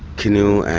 canoe,